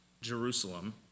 Jerusalem